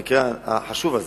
במקרה החשוב הזה,